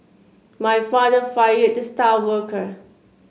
my father fired the star worker